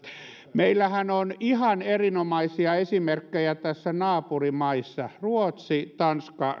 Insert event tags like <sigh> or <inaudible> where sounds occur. meillähän on ihan erinomaisia esimerkkejä näissä naapurimaissa ruotsi tanska <unintelligible>